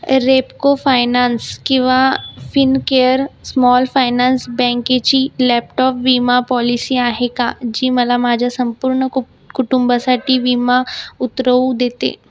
Repco finance किंवा Fincare small finance बँकेची laptop विमा पॉलिसी आहे का जी मला माझ्या संपूर्ण कु कुटुंबासाठी विमा उतरवून देते